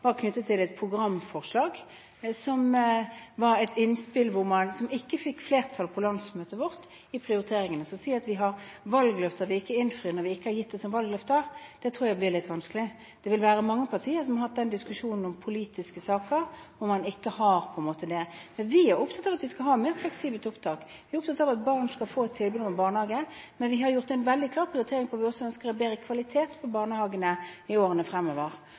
var knyttet til et programforslag, som var et innspill som ikke fikk flertall i prioriteringene på landsmøtet vårt. Å si at vi har valgløfter vi ikke innfrir når vi ikke har gitt noen valgløfter, tror jeg blir litt vanskelig. Det vil være mange partier som har hatt den diskusjonen om politiske saker – som ikke er valgløfter. Vi er opptatt av at vi skal ha et mer fleksibelt opptak, og vi er opptatt av at barn skal få tilbud om barnehage, men vi har gjort en veldig klar prioritering på at vi ønsker en bedre kvalitet på barnehagene i årene fremover.